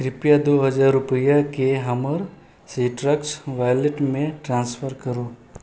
कृप्या दू हजार रूपैआ के हमर सीट्रस वॉलेटमे ट्रांसफर करू